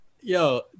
Yo